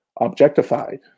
objectified